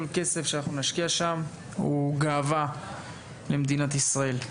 כל כסף שאנחנו נשקיע שם הוא גאוה למדינת ישראל.